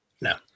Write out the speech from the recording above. No